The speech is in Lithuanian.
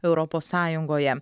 europos sąjungoje